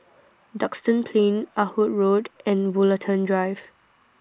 Duxton Plain Ah Hood Road and Woollerton Drive